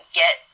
get